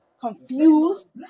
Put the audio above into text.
confused